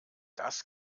das